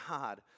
God